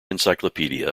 encyclopedia